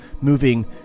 moving